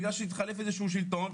בגלל שהתחלף איזשהו שלטון,